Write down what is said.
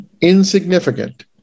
insignificant